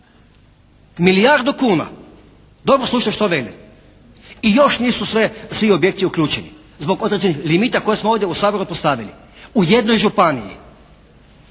Milijardu kuna. Dobro slušaj što velim. I još nisu svi objekti uključeni zbog određenih limita koje smo ovdje u Saboru postavili, u jednoj županiji.